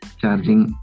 charging